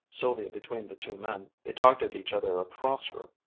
sylvia between the two men. they talked at each other across her.